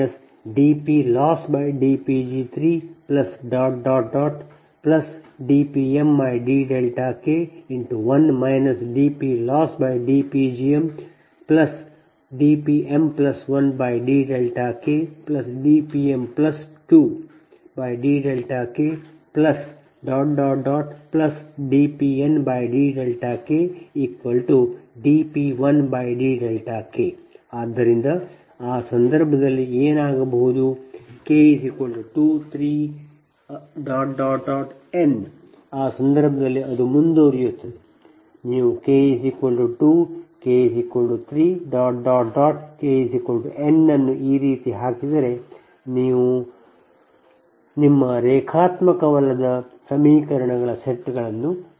dP2dK1 dPLossdPg2dP3dK1 dPLossdPg3dPmdK1 dPLossdPgmdPm1dKdPm2dKdPndK dP1dK ಆದ್ದರಿಂದ ಆ ಸಂದರ್ಭದಲ್ಲಿ ಏನಾಗಬಹುದು k 23 n ಆ ಸಂದರ್ಭದಲ್ಲಿ ಅದು ಮುಂದುವರಿಯುತ್ತದೆ ನೀವು k 2 k 3 k n ಅನ್ನು ಈ ರೀತಿ ಹಾಕಿದರೆ ನೀವು ಈ ರೀತಿ ಹಾಕುತ್ತೀರಿ ಆದ್ದರಿಂದ ನಿಮ್ಮ ರೇಖಾತ್ಮಕವಲ್ಲದ ಸಮೀಕರಣಗಳ ಸೆಟ್ಗಳನ್ನು ಪಡೆಯಿರಿ